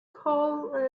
colon